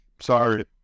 Sorry